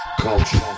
Culture